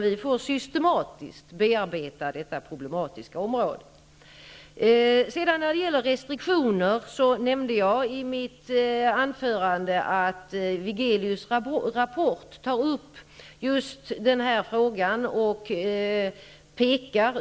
Vi får systematiskt bearbeta detta problematiska område. Jag nämnde i mitt svar att Wigelius i sin rapport tar upp frågan om restriktioner.